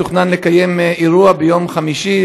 תוכנן אירוע ביום חמישי,